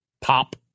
pop